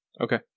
Okay